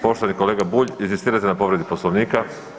Poštovani kolega Bulj inzistirate na povredi Poslovnika?